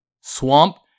Swamp